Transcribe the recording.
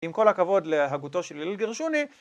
עם כל הכבוד להגותו של יליל גרשוני